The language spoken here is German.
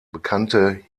bekannte